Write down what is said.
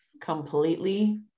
completely